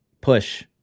push